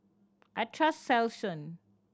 I trust Selsun